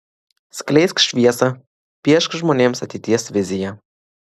skleisk šviesą piešk žmonėms ateities viziją